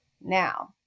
Now